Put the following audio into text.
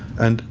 and